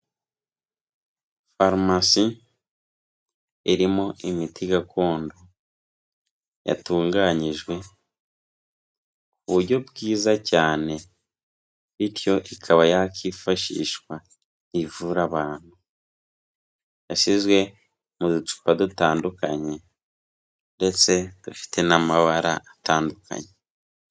Farumasi irimo imiti gakondo, yatunganyijwe mu buryo bwiza cyane, bityo ikaba yakifashishwa ivura abantu, yashyizwe mu ducupa dutandukanye ndetse dufite n'amabara atandukanye.